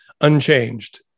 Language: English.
unchanged